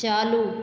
चालू